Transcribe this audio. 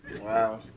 Wow